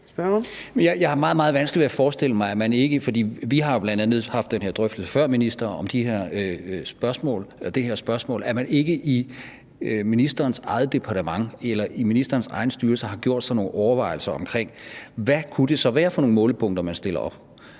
meget vanskeligt ved at forestille mig – for vi har bl.a. haft den her drøftelse før, minister, om det her spørgsmål – at man ikke i ministerens eget departement eller i ministerens egen styrelse har gjort sig nogle overvejelser omkring, hvad det så kunne være for nogle målepunkter, man stiller op.